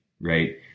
right